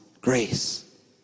grace